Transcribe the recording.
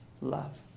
love